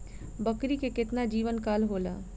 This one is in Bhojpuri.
बकरी के केतना जीवन काल होला?